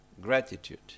gratitude